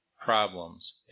problems